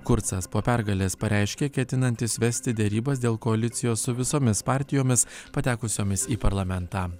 kurcas po pergalės pareiškė ketinantis vesti derybas dėl koalicijos su visomis partijomis patekusiomis į parlamentą